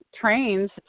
trains